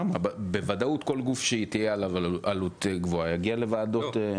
בוודאות כל גוף שתהיה עליו עלות גבוהה יגיע לוועדות.